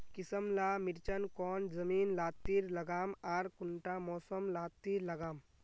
किसम ला मिर्चन कौन जमीन लात्तिर लगाम आर कुंटा मौसम लात्तिर लगाम?